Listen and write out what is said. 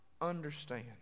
understand